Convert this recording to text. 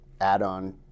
add-on